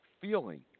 Feeling